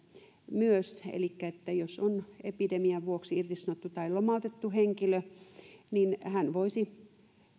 elikkä sitä että jos henkilö on epidemian vuoksi irtisanottu tai lomautettu niin hän voisi